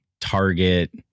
Target